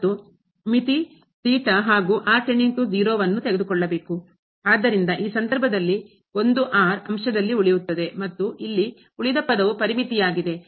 ಆದ್ದರಿಂದ ಈ ಸಂದರ್ಭದಲ್ಲಿ 1 ಅಂಶದಲ್ಲಿ ಉಳಿಯುತ್ತದೆ ಮತ್ತು ಇಲ್ಲಿ ಉಳಿದ ಪದವು ಪರಿಮಿತಿಯಾಗಿದೆ